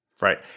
Right